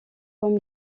comme